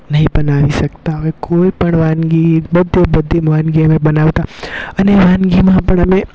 ન બનાવી શકતા હોય કોઈ પણ વાનગી બધે બધી વાનગી અમે બનાવતા અને એ વાનગીમાં પણ અમે